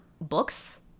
books